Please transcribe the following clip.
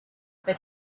but